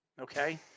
okay